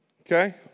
Okay